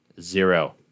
zero